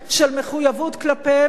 של מחויבות כלפיהם,